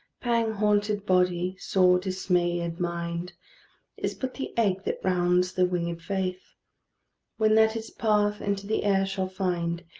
pang-haunted body, sore-dismayed mind is but the egg that rounds the winged faith when that its path into the air shall find,